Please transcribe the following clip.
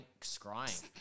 scrying